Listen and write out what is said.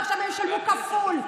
ועכשיו הם ישלמו כפול.